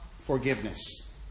Forgiveness